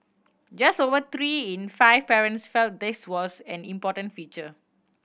just over three in five parents felt this was an important feature